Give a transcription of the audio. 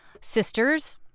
sisters